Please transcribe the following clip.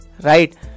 right